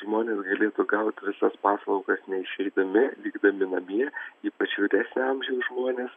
žmonės galėtų gaut visas paslaugas neišeidami likdami namie ypač vyresnio amžiaus žmonės